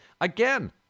again